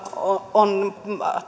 on